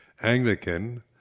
Anglican